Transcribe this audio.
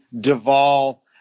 Duvall